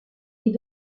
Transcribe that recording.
est